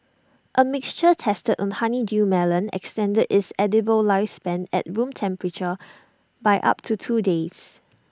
A mixture tested on honeydew melon extended its edible lifespan at room temperature by up to two days